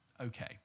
okay